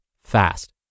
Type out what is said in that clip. fast